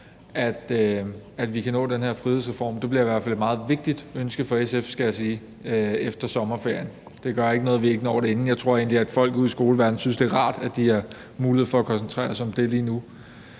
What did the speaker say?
at vi kan nå den her frihedsreform. Det bliver i hvert fald et meget vigtigt ønske fra SF, skal jeg sige, efter sommerferien. Det gør ikke noget, at vi ikke når det inden da, jeg tror egentlig, at folk ude i skoleverdenen synes, det er rart, at de har mulighed for at koncentrere sig om det lige nu.